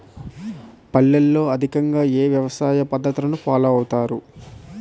పల్లెల్లో అధికంగా ఏ వ్యవసాయ పద్ధతులను ఫాలో అవతారు?